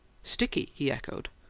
sticky? he echoed.